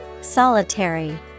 Solitary